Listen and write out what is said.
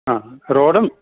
ആ റോഡും